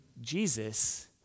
Jesus